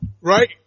right